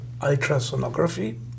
ultrasonography